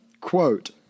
quote